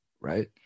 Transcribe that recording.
Right